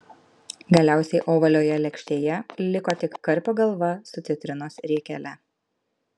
galiausiai ovalioje lėkštėje liko tik karpio galva su citrinos riekele